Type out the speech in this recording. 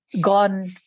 gone